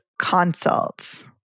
consults